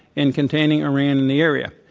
and containing iran in the area.